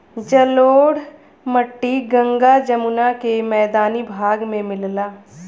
जलोढ़ मट्टी गंगा जमुना के मैदानी भाग में मिलला